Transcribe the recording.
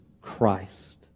Christ